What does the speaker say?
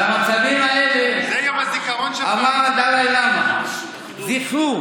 על מצבים כאלה אמר הדלאי לאמה: זכרו